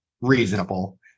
reasonable